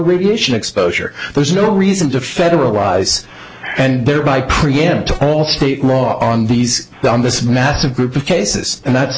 radiation exposure there's no reason to federalize and thereby preempt all state laws on these down this massive group of cases and that